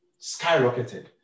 skyrocketed